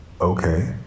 okay